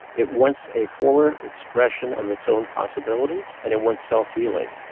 it wants a fuller expression of its own possibilities and it wants self-healing,